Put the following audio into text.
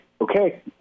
okay